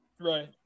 Right